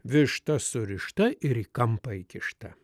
višta surišta ir į kampą įkišta